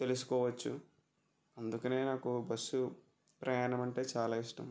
తెలుసుకోవచ్చు అందుకనే నాకు బస్సు ప్రయాణం అంటే చాలా ఇష్టం